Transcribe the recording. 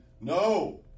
no